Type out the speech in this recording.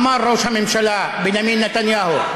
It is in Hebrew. אמר ראש הממשלה בנימין נתניהו,